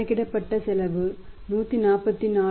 கணக்கிடப்பட்ட செலவு 144